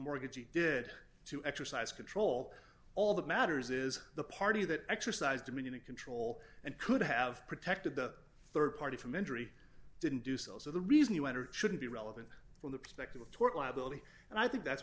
mortgagee did to exercise control all that matters is the party that exercised dominion and control and could have protected the rd party from injury didn't do so so the reason you entered shouldn't be relevant from the perspective of tort liability and i think that's